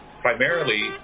primarily